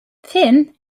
finn